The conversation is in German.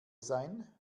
sein